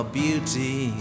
beauty